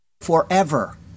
forever